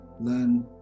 learn